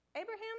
Abraham